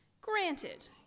Granted